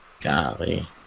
Golly